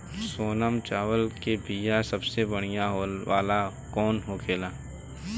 सोनम चावल के बीया सबसे बढ़िया वाला कौन होखेला?